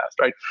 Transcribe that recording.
right